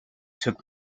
took